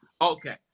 Okay